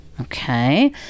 Okay